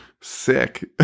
Sick